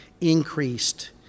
increased